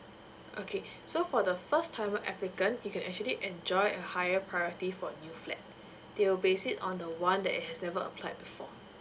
okay so for the first timer applicant you can actually enjoyed higher priority for new flat they will base it on the one that has never applied before